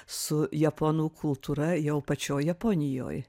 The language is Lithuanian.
su japonų kultūra jau pačioj japonijoj